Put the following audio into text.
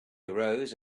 arose